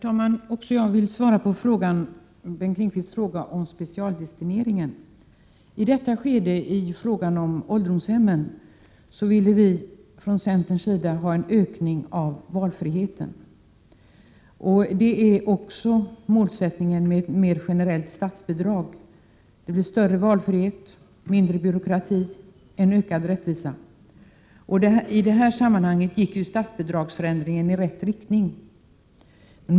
Herr talman! Även jag vill svara på Bengt Lindqvists fråga om specialdestineringen. I detta skede i frågan om ålderdomshemmen ville vi från centerns sida ha en ökning av valfriheten. Detta är också målsättningen då det gäller generellt statsbidrag — större valfrihet, mindre byråkrati, en ökad rättvisa. I detta sammanhang gick ju statsbidragsförändringen i rätt riktning.